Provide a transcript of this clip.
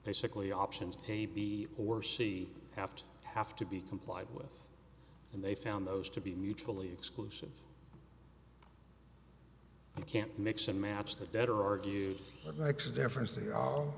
basically options a b or c have to have to be complied with and they found those to be mutually exclusive you can't mix and match that better argue what makes a difference